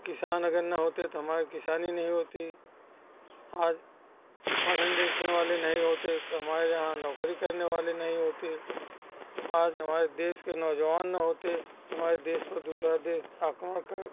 किसान अगर ना होते तो हमारे किसानी नहीं होती आज पढ़ने लिखने वाले नहीं होते तो हमारे यहाँ नौकरी करने वाले नहीं होते आज हमारे देश नौजवान ना होते तो हमारे देश पे दूसरा देश आक्रमण कर